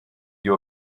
your